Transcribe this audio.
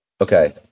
okay